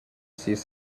sis